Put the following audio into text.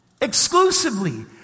exclusively